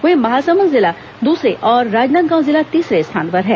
वहीं महासमुंद जिला दूसरे और राजनांदगांव जिला तीसरे स्थान पर है